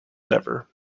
never